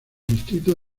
distrito